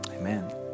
amen